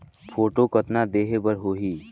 Photo कतना देहें बर होहि?